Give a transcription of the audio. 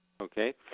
Okay